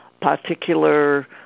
particular